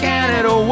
Canada